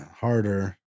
harder